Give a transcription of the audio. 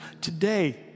Today